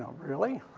really?